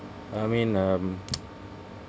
I mean um